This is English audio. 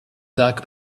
dark